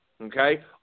Okay